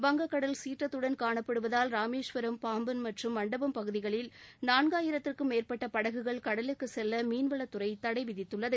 வங்கக் கடல் சீற்றத்துடன் காணப்படுவதால் ராமேஸ்வரம் பாம்பன் மற்றும் மண்டபம் பகுதிகளில் நான்காயிரத்திற்கும் மேற்பட்ட படகுகள் கடலுக்கு செல்ல மீன்வளத்துறை தடைவிதித்துள்ளது